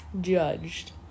judged